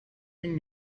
and